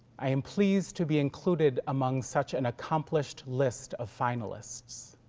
i am pleased to be included among such an accomplished list of finalists.